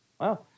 Wow